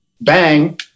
bang